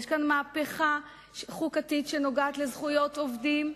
יש כאן מהפכה חוקתית שנוגעת לזכויות עובדים.